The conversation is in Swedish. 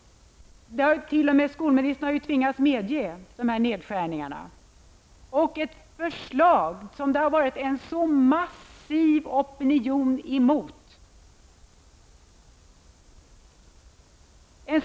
Statsrådet har också tvingats medge dessa nedskärningar. Det har också varit en massiv opinion mot förslaget.